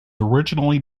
originally